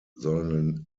sollen